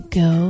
go